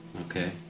Okay